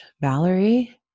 Valerie